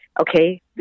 Okay